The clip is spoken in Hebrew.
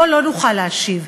אותו לא נוכל להשיב,